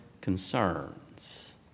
concerns